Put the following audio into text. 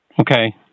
Okay